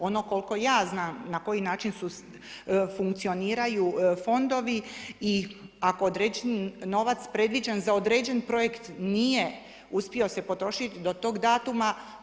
Ono koliko ja znam na koji način su, funkcioniraju fondovi i ako je određeni novac predviđen za određen projekt nije uspio se potrošiti do tog datuma.